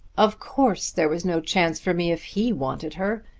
of course there was no chance for me if he wanted her.